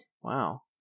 Wow